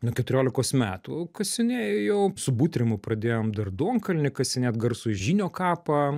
nuo keturiolikos metų kasinėju jau su butrimu pradėjom dar duonkalnį kasinėt garsujį žynio kapą